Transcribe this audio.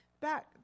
back